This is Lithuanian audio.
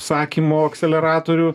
sakymo akseleratorių